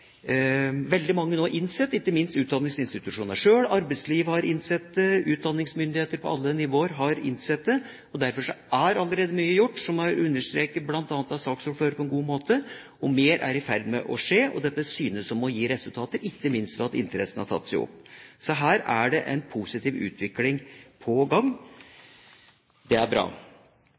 veldig mange nå innsett, ikke minst utdanningsinstitusjonene selv. Arbeidslivet har innsett det, utdanningsmyndigheter på alle nivåer har innsett det. Derfor er allerede veldig mye gjort, som bl.a. saksordføreren på en god måte understreket, og mer er i ferd med å skje. Dette synes å gi resultater, ikke minst fordi interessen har tatt seg opp. Så her er det en positiv utvikling på gang. Det er bra.